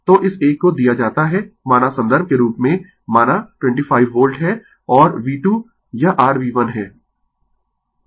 तो इस एक को दिया जाता है माना संदर्भ के रूप में माना 25 वोल्ट है और V2 यह rV1 है